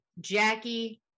Jackie